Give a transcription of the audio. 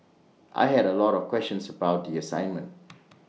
I had A lot of questions about the assignment